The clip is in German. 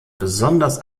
besonders